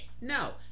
no